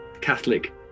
Catholic